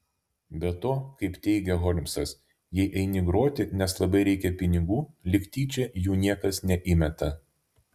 be to kaip teigia holmsas jei eini groti nes labai reikia pinigų lyg tyčia jų niekas neįmeta